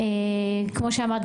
כמו שאמרת,